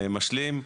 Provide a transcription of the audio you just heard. משלים,